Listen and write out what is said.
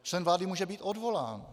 Člen vlády může být odvolán.